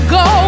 go